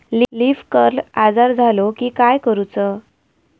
Leaf curl आजार झालो की काय करूच?